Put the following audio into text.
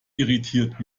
irritiert